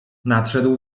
nadszedł